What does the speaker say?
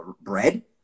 bread